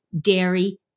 dairy